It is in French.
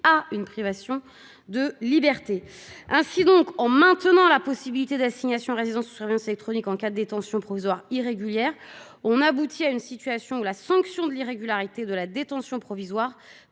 à une privation de liberté. Ainsi, en maintenant la possibilité d'assignation à résidence sous surveillance électronique en cas de détention provisoire irrégulière, on aboutit à une situation où la sanction de l'irrégularité de la détention provisoire